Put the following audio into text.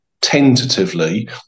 tentatively